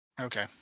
Okay